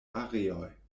areoj